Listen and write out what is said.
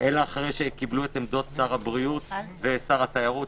מיוחד אלא לאחר שהובאו לפניה עמדות שר הבריאות ושר התיירות,